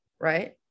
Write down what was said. right